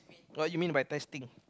what you mean by testing